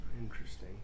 Interesting